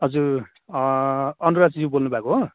हजुर अनुराजज्यू बोल्नु भएको हो